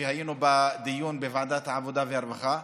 כשהיינו בדיון בוועדת העבודה והרווחה: